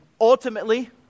ultimately